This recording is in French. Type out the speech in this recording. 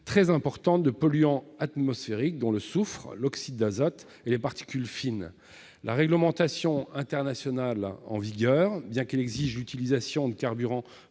très importante de polluants atmosphériques, notamment du soufre, de l'oxyde d'azote et des particules fines. La réglementation internationale en vigueur, bien qu'elle exige l'utilisation de carburants